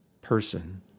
person